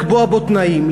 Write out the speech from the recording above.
לקבוע בו תנאים.